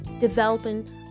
developing